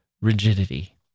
rigidity